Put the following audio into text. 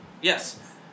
Yes